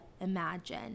imagine